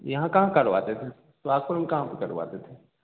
यहाँ कहाँ करवाते थे सुहागपुर में कहाँ पर करवाते थे